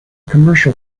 commercial